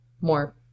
more